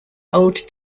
old